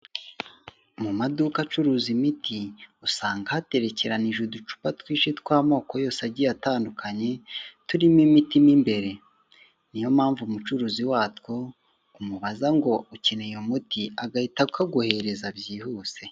Mu maduka acuruza imiti usanga haterekeranyije uducupa twinshi twamoko yose agiye atandukanye, turimo imiti mu imbere niyompamvu umucuruzi watwo umubaza ngo ukeneye umuti, agahita akaguhereza byihuse.